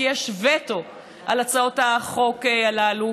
כי יש וטו על הצעות החוק הללו,